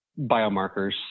biomarkers